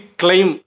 claim